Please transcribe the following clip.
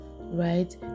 right